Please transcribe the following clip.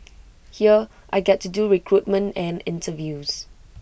here I get to do recruitment and interviews